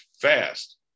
fast